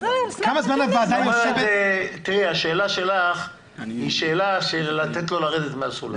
תראי, השאלה שלך היא שאלה של לתת לו לרדת מהסולם.